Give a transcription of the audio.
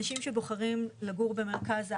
אנשים שבוחרים לגור במרכז הארץ,